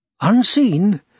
Unseen